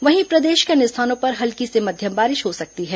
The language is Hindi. वहीं प्रदेश के अन्य स्थानों पर हल्की से मध्यम बारिश हो सकती है